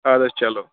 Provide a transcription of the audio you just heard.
اَدٕ حظ چلو